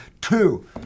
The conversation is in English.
Two